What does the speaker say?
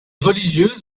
religieuses